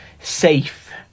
safe